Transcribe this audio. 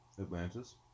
Atlantis